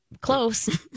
Close